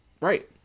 Right